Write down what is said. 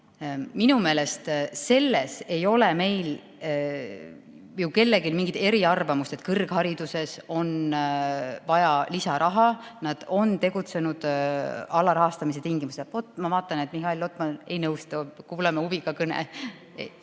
minu meelest selles ei ole meil kellelgi mingit eriarvamust, et kõrghariduses on vaja lisaraha, seal on tegutsetud alarahastamise tingimustes. Ma vaatan, et Mihhail Lotman ei nõustu, kuulame huviga kõnet!